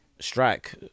strike